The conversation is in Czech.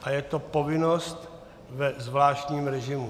A je to povinnost ve zvláštním režimu.